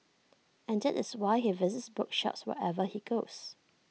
and that is why he visits bookshops wherever he goes